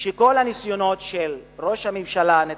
שכל הניסיונות של ראש הממשלה נתניהו,